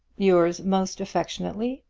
yours most affectionately,